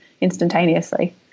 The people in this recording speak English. instantaneously